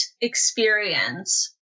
experience